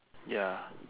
ya